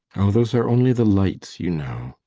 oh, those are only the lights, you know.